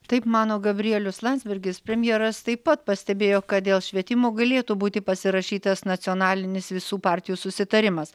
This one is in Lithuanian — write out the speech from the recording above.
taip mano gabrielius landsbergis premjeras taip pat pastebėjo kad dėl švietimo galėtų būti pasirašytas nacionalinis visų partijų susitarimas